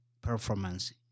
performance